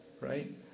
right